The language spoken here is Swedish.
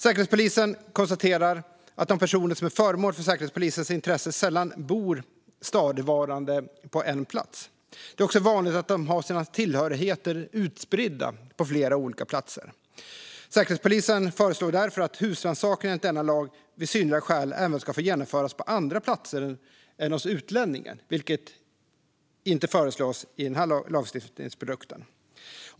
Säkerhetspolisen konstaterar att de personer som är föremål för Säkerhetspolisens intresse sällan bor stadigvarande på en plats. Det är också vanligt att de har sina tillhörigheter utspridda på flera platser. Säkerhetspolisen föreslår därför att husrannsakan enligt denna lag vid synnerliga skäl även ska få genomföras på andra platser än hos utlänningen, vilket inte föreslås i lagstiftningsprodukten.